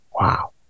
Wow